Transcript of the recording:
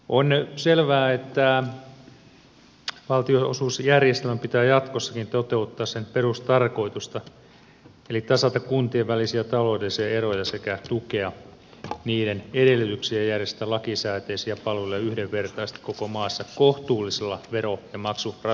on selvää että valtionosuusjärjestelmän pitää jatkossakin toteuttaa perustarkoitustaan eli tasata kuntien välisiä taloudellisia eroja sekä tukea niiden edellytyksiä järjestää lakisääteisiä palveluja yhdenvertaisesti koko maassa kohtuullisella vero ja maksurasituksella